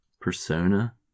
persona